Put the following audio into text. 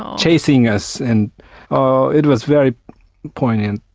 chasing us and it was very poignant,